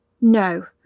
No